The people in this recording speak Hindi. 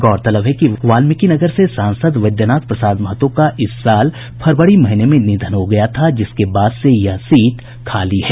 गौरतलब है कि वाल्मीकी नगर से सांसद बैद्यनाथ प्रसाद महतो का इस साल फरवरी महीने में निधन हो गया था जिसके बाद से यह सीट खाली है